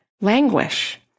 languish